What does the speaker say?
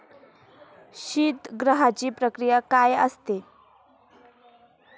शीतगृहाची प्रक्रिया काय असते?